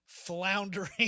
floundering